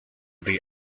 the